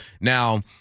Now